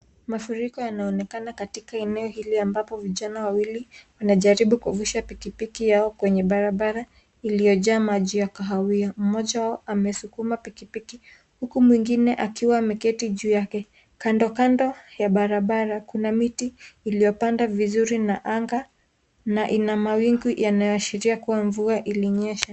Mafuriko yanaonekana katika eneo hili ambapo vijana wawili wanajaribu kuvusha pikipiki yao kwenye barabara iliyojaa maji ya kahawia, mmoja amesukuma pikipiki huku mwingine akiwa ameketi juu yake. Kando kando ya barabara kuna miti iliyopandwa vizuri na anga na ina mawingu yanayoashiria kuwa mvua ilinyesha.